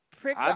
prick